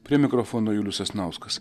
prie mikrofono julius sasnauskas